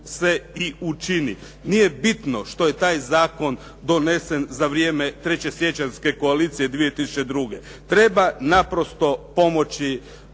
se i učini. Nije bitno što je taj zakon donesen za vrijeme 3. siječanjske koalicije 2002. Treba naprosto pomoći